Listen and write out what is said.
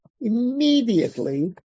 immediately